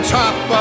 top